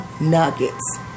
Nuggets